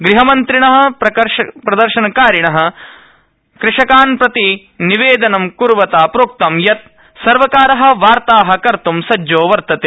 ग्हमन्त्रिणा प्रदर्शनकारिणः कृषकान् प्रति निवेदनं क्र्वता प्रोक्तं यत् सर्वकारः वार्ताः कर्त् सज्जो वर्तते